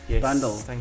bundle